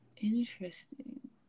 interesting